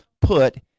put